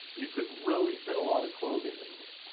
you could really fit a lot of clothing in here,